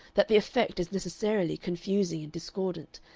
that the effect is necessarily confusing and discordant,